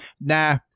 nah